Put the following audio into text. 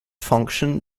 function